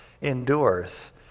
endures